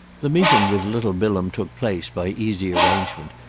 the meeting with little bilham took place, by easy arrangement,